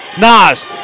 Nas